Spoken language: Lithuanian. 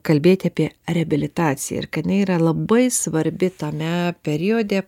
kalbėti apie reabilitaciją ir kad jinai yra labai svarbi tame periode